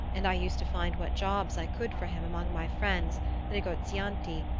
and i used to find what jobs i could for him among my friends the negozianti,